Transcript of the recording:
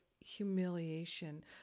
humiliation